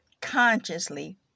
consciously